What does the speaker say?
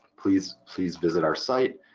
please please visit our site,